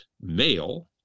male